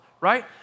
right